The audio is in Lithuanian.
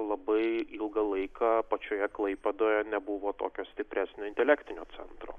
labai ilgą laiką pačioje klaipėdoje nebuvo tokio stipresnio intelektinio centro